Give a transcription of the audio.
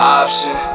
option